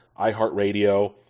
iHeartRadio